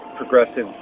progressive